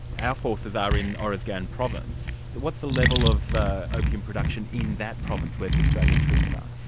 our forces are in oruzgan province. what's the level of opium production in that province where the australian troops are?